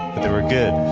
but they were good.